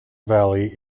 valley